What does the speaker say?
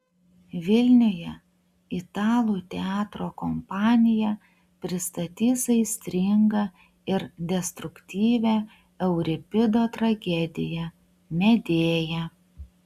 vilniuje italų teatro kompanija pristatys aistringą ir destruktyvią euripido tragediją medėja